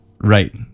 Right